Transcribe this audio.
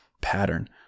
pattern